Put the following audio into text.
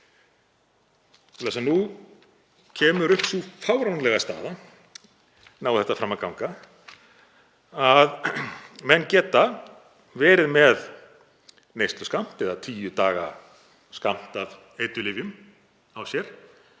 nú kemur upp sú fáránlega staða, nái þetta fram að ganga, að menn geta verið með neysluskammt eða tíu daga skammt af eiturlyfjum á sér